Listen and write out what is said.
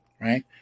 right